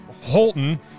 Holton